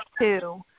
two